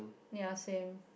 ya same